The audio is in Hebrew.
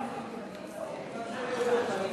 אדוני.